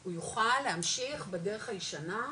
הוא יוכל להמשיך בדרך הישנה,